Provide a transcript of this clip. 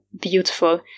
beautiful